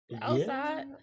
Outside